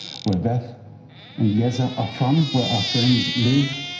where veth and yeza are from, where our friends live.